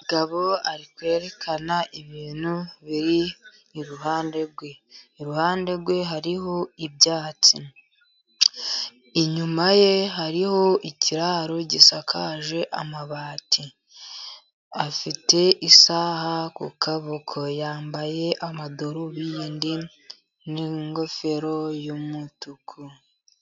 Umugabo ari kwerekana ibintu biri iruhande rwe . Iruhande rwe , hariho ibyatsi. Inyuma ye, hariho ikiraro gisakaje amabati . Afite isaha ku kuboko . Yambaye amadorubindi , n'ingofero y'umutuku .